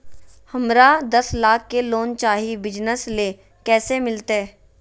हमरा दस लाख के लोन चाही बिजनस ले, कैसे मिलते?